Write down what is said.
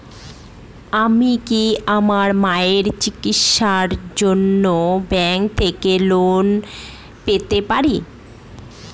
আমি কি আমার মায়ের চিকিত্সায়ের জন্য ব্যঙ্ক থেকে লোন পেতে পারি?